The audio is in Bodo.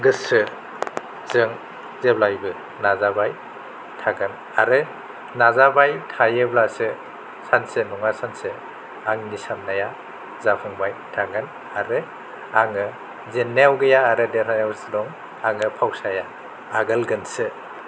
गोसो जों जेब्लायबो नाजाबाय थागोन आरो नाजाबाय थायोब्लासो सानसे नङा सानसे आंनि साननाया जाफुंबाय थागोन आरो आङो जेननायाव गैया आरो देरहानायावसो दं आङो फावसाया आगोलगोनसो